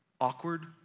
awkward